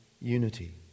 unity